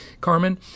Carmen